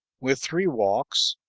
with three walks,